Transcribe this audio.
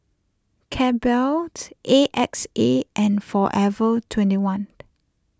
Calbee A X A and forever twenty one